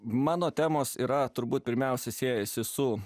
mano temos yra turbūt pirmiausia siejasi su